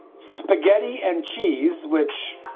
spaghetti and cheese which